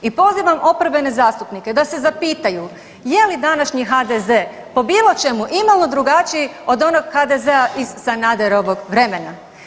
I pozivam oporbene zastupnike da se zapitaju je li današnji HDZ po bilo čemu imalo drugačiji od onog HDZ-a iz Sanaderovog vremena.